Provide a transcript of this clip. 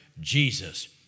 Jesus